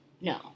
No